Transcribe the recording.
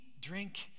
drink